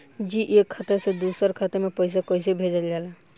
जी एक खाता से दूसर खाता में पैसा कइसे भेजल जाला?